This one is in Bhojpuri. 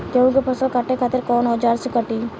गेहूं के फसल काटे खातिर कोवन औजार से कटी?